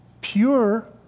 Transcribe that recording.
Pure